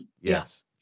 Yes